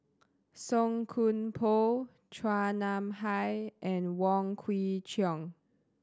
Song Koon Poh Chua Nam Hai and Wong Kwei Cheong